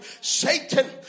Satan